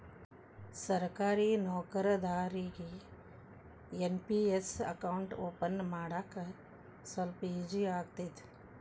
ಸರ್ಕಾರಿ ನೌಕರದಾರಿಗಿ NPS account open ಮಾಡಾಕ ಸ್ವಲ್ಪ ಈಜಿ ಆಗತೈತ